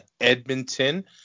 edmonton